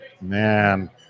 man